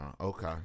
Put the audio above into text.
Okay